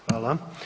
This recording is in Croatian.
Hvala.